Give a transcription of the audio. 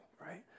right